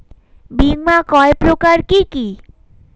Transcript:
বীমা কয় প্রকার কি কি?